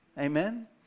Amen